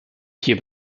hier